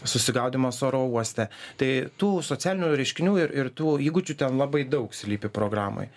susigaudymas oro uoste tai tų socialinių reiškinių ir ir tų įgūdžių ten labai daug slypi programoj